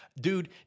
Dude